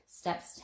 steps